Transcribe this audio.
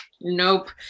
nope